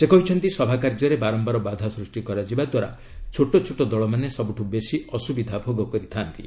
ସେ କହିଛନ୍ତି ସଭାକାର୍ଯ୍ୟରେ ବାରମ୍ଭାର ବାଧା ସୃଷ୍ଟି କରାଯିବାଦ୍ୱାରା ଛୋଟ ଛୋଟ ଦଳମାନେ ସବୁଠୁ ବେଶି ଅସୁବିଧା ଭୋଗ କରିଥା'ନ୍ତି